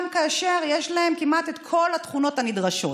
גם כאשר יש להן כמעט את כל התכונות הנדרשות.